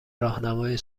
راهنمای